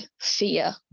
fear